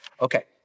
okay